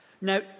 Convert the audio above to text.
Now